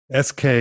SK